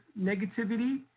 negativity